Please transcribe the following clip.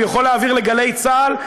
הוא יכול להעביר ל"גלי צה"ל",